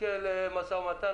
את כל ההסתייגויות האלה למקום אחר,